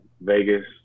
Vegas